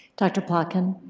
dr. panchen.